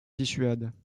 dissuade